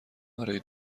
برای